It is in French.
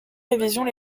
révisions